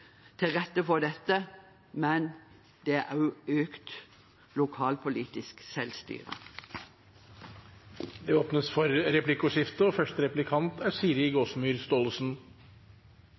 til rette for dette, men det er også økt lokalpolitisk selvstyre. Det blir replikkordskifte.